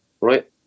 right